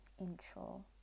intro